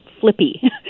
flippy